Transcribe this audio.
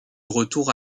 retour